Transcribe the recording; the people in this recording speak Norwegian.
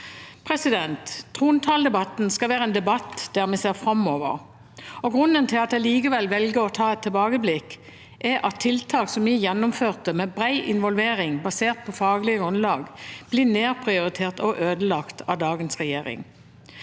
har vært. Trontaledebatten skal være en debatt der vi ser framover. Grunnen til at jeg likevel velger å ta et tilbakeblikk, er at tiltak vi gjennomførte – med bred involvering basert på faglig grunnlag – blir nedprioritert og ødelagt av dagens regjering.